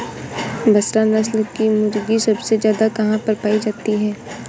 बसरा नस्ल की मुर्गी सबसे ज्यादा कहाँ पर पाई जाती है?